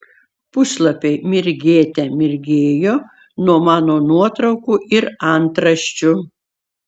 puslapiai mirgėte mirgėjo nuo mano nuotraukų ir antraščių